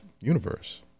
universe